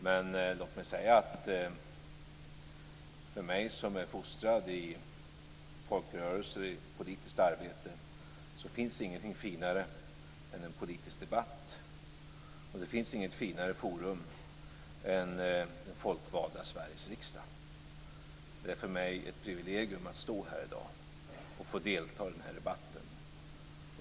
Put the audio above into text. Men låt mig säga att för mig som är fostrad i folkrörelse och politiskt arbete finns det ingenting finare än en politisk debatt, och det finns inget finare forum än det folkvalda Sveriges riksdag. Det är för mig ett privilegium att stå här i dag och få delta i denna debatt.